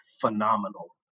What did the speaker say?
phenomenal